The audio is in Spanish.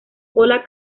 cola